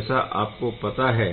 जैसा आपको पता है